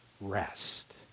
rest